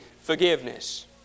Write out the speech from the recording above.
forgiveness